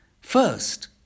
first